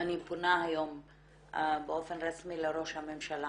היום באופן רשמי לראש הממשלה